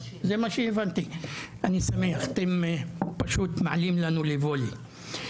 זה מה שהבנתי אני שמח אתם פשוט מעלים לנו לוולה.